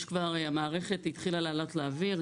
המערכת התחילה לעלות לאוויר,